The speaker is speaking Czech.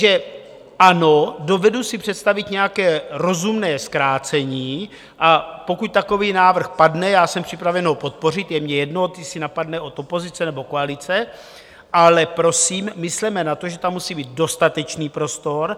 Takže ano, dovedu si představit nějaké rozumné zkrácení, a pokud takový návrh padne, jsem připraven ho podpořit, je mně jedno, jestli padne od opozice nebo koalice, ale prosím, mysleme na to, že tam musí být dostatečný prostor.